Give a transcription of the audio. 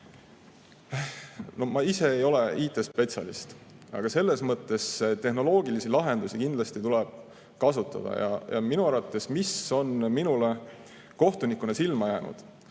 Ma ise ei ole IT-spetsialist, aga tehnoloogilisi lahendusi kindlasti tuleb kasutada. Ja minu arvates, minule on kohtunikuna silma jäänud,